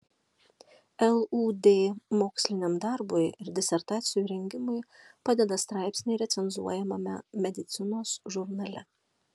lud moksliniam darbui ir disertacijų rengimui padeda straipsniai recenzuojamame medicinos žurnale